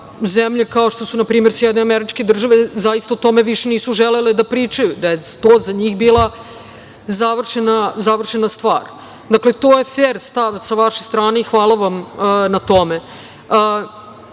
zemlje kao što su, na primer, Sjedinjene Američke Države, zaista o tome više nisu želele da pričaju, to je za njih bila završena stvar. Dakle, to je fer stav sa vaše strane i hvala vam na tome